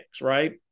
Right